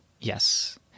Yes